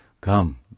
Come